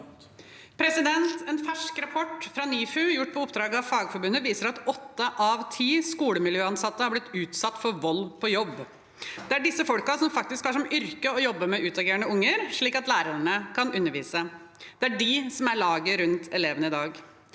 av innovasjon, forskning og utdanning, gjort på oppdrag av Fagforbundet, viser at åtte av ti skolemiljøansatte har blitt utsatt for vold på jobb. Dette er de som har som yrke å jobbe med utagerende barn, slik at lærerne kan undervise. Det er de som er laget rundt elevene i dag.